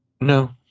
No